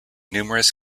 numerous